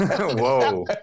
Whoa